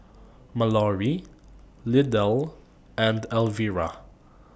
Mallory Lydell and Elvira